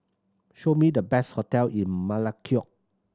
show me the best hotel in Melekeok